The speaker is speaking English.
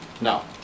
No